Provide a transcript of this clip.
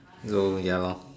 will ya lor